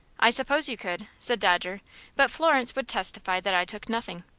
i suppose you could, said dodger but florence would testify that i took nothing.